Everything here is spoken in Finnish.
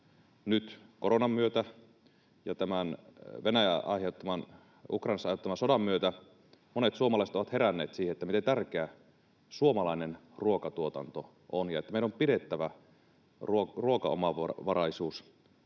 nyt koronan myötä ja tämän Venäjän Ukrainassa aloittaman sodan myötä monet suomalaiset ovat heränneet siihen, miten tärkeä suomalainen ruokatuotanto on ja että meidän on pidettävä ruokaomavaraisuus